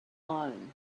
loan